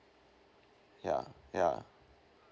yeah yeah